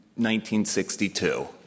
1962